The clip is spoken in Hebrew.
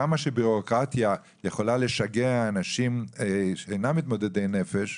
כמה שבירוקרטיה יכולה לשגע אנשים שאינם מתמודדי נפש,